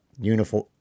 uniform